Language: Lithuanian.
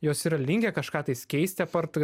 jos yra linkę kažką tais keisti apart